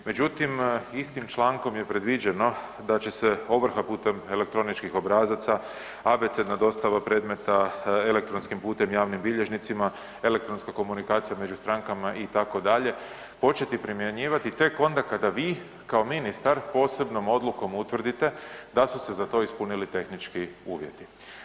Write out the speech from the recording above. Međutim, istim člankom je predviđeno da će se ovrha putem elektroničkih obrazaca, abecedna dostava predmeta elektronskim putem javnim bilježnicima, elektronska komunikacija među strankama itd., početi primjenjivati tek onda kada vi kao ministar posebnom odlukom utvrdite da su se za to ispunili tehnički uvjeti.